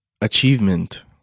Achievement